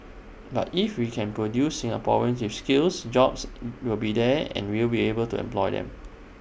but if we can produce Singaporeans with skills jobs will be there and we will be able to employ them